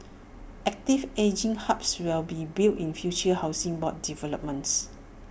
active ageing hubs will be built in future Housing Board developments